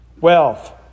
wealth